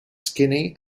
skinny